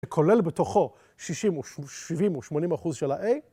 שכולל בתוכו 60 או 70 או 80 אחוז של ה-A.